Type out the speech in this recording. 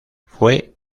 fue